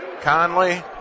Conley